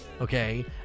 okay